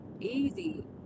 Easy